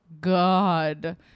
God